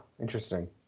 interesting